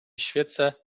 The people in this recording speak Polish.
świecę